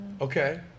Okay